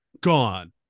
gone